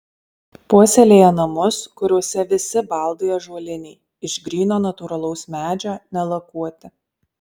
puoselėja namus kuriuose visi baldai ąžuoliniai iš gryno natūralaus medžio nelakuoti